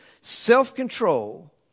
self-control